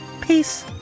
Peace